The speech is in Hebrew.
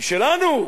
היא שלנו,